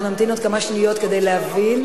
אנחנו נמתין עוד כמה שניות כדי להבין.